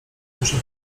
muszę